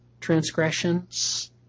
transgressions